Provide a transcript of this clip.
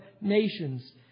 nations